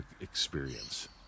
experience